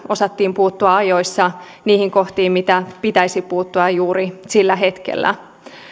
osattiin puuttua ajoissa niihin kohtiin mihin pitäisi puuttua juuri sillä hetkellä